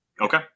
Okay